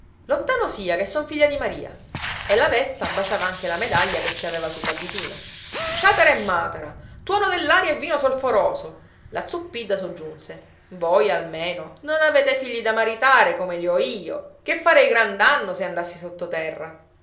lontano sia ché son figlia di maria e la vespa baciava anche la medaglia che ci aveva sull'abitino sciatara e matara tuono dell'aria e vino solforoso la zuppidda soggiunse voi almeno non avete figli da maritare come li ho io che farei gran danno se andassi sotterra